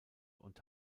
und